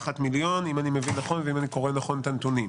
מה שקורה בהרבה מאוד רשויות בגליל,